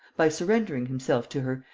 by surrendering himself to her,